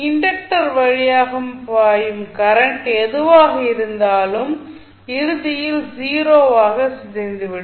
inductor வழியாக பாயும் current எதுவாக இருந்தாலும் இறுதியில் 0 ஆக சிதைந்துவிடும்